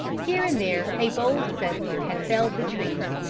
here and there, a bold settler had felled the trees,